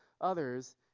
others